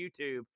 YouTube